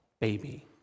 baby